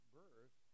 birth